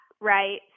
right